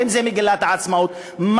אם מגילת העצמאות,